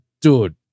dude